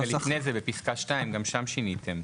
רגע, בפסקה 2 גם שם שיניתם.